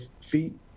feet